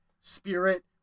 spirit